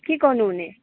के गर्नु हुने